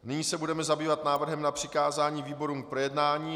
Nyní se budeme zabývat návrhem na přikázání výborům k projednání.